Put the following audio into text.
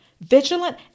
vigilant